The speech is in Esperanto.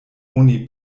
oni